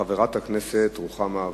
חברת הכנסת רוחמה אברהם.